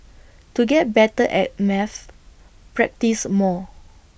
to get better at maths practise more